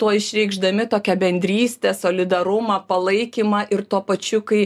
tuo išreikšdami tokią bendrystę solidarumą palaikymą ir tuo pačiu kai